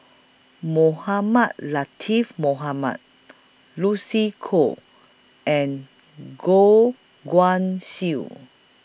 Mohamed Latiff Mohamed Lucy Koh and Goh Guan Siew